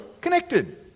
connected